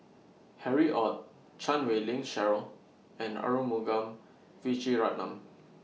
Harry ORD Chan Wei Ling Cheryl and Arumugam Vijiaratnam